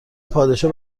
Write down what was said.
پادشاه